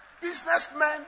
Businessmen